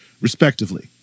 respectively